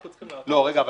אנחנו צריכים --- ברק,